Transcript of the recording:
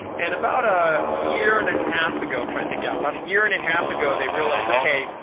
and about a year and a half ago, i'm trying to think, yeah, about a year and a half ago, they realized, okay,